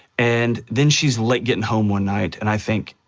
and then she's late getting home one night, and i think,